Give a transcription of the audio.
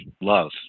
love